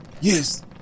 Yes